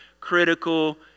critical